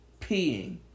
peeing